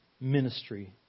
ministry